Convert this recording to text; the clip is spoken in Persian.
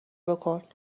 بکن